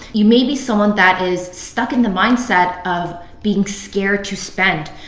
you may be someone that is stuck in the mindset of being scared to spend.